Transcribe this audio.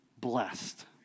blessed